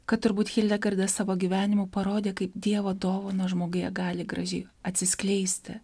kad turbūt hildegarda savo gyvenimu parodė kaip dievo dovana žmoguje gali gražiai atsiskleisti